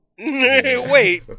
Wait